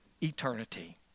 eternity